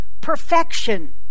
perfection